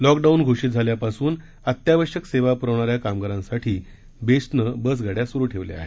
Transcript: lockdown घोषित झाल्यापासून अत्यावश्यक सेवा पुरवणाऱ्या कामगारांसाठी बेस्टनं बसगाड्या सुरू ठेवल्या आहेत